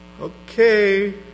okay